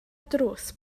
drws